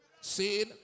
See